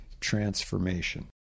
transformation